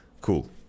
cool